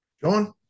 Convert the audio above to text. John